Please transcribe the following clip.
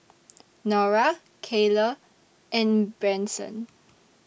Norah Kayleigh and Branson